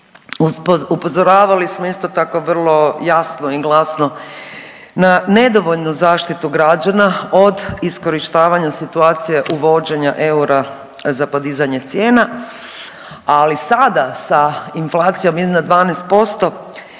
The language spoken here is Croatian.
Upozoravali smo isto tako vrlo jasno i glasno na nedovoljnu zaštitu građana od iskorištavanja situacije uvođenja eura za podizanje cijena, ali sada sa inflacijom iznad 12%